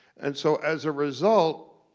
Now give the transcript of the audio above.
and so as a result,